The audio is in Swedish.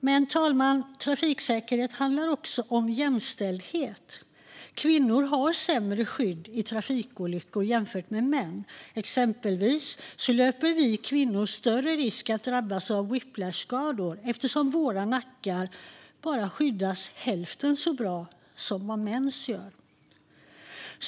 Men, fru talman, trafiksäkerhet handlar också om jämställdhet. Kvinnor har sämre skydd i trafikolyckor jämfört med män. Exempelvis löper vi kvinnor större risk att drabbas av pisksnärtsskador eftersom våra nackar skyddas bara hälften så bra som mäns.